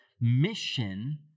mission